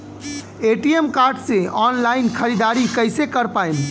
ATM card से online ख़रीदारी कइसे कर पाएम?